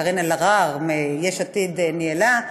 קארין אלהרר מיש עתיד ניהלה,